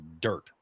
dirt